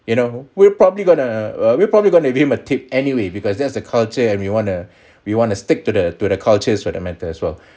you know we're probably going to we're probably going have him a tip anyway because there's a culture and we want to we want to stick to the to the cultures for that matter as well